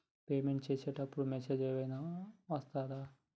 Payment చేసే అప్పుడు message ఏం ఐనా వస్తదా?